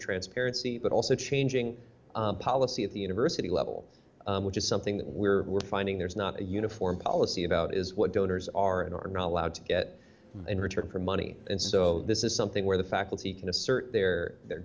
transparency but also changing policy at the university level which is something that we're we're finding there's not a uniform policy about is what donors are and are not allowed to get in return for money and so this is something where the faculty can assert their their